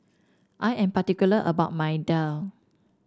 I am particular about my daal